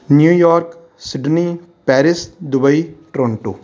New York Sydney Paris Dubai Toronto